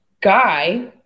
guy